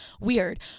Weird